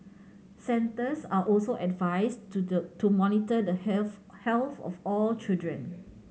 centres are also advised to the to monitor the health health of all children